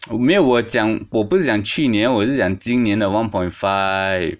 tsk 我没有我讲我不是讲去年我是讲今年的 one point five